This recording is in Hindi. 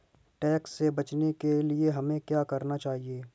टैक्स से बचने के लिए हमें क्या करना चाहिए?